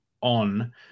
on